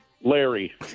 Larry